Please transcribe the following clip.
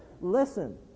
listen